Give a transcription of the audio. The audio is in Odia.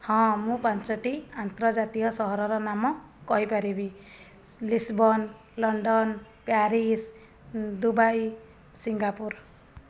ହଁ ମୁଁ ପାଞ୍ଚଟି ଆର୍ନ୍ତଜାତୀୟ ସହରର ନାମ କହିପାରିବି Lisburn London Paris Dubai Singapore